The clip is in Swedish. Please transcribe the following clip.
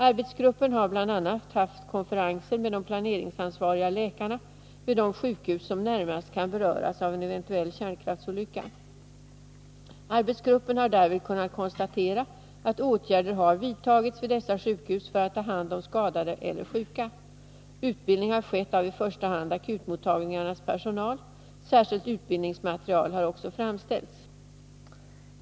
Arbetsgruppen har bl.a. haft konferenser med de planeringsansvariga läkarna vid de sjukhus som närmast kan beröras av en eventuell kärnkraftsolycka. Arbetsgruppen har därvid kunnat konstatera att åtgärder har vidtagits vid dessa sjukhus för att ta hand om skadade eller sjuka. Utbildning har skett av i första hand akutmottagningarnas personal. Särskilt utbildningsmaterial har också framställts.